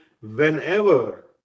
whenever